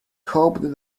hoped